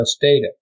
data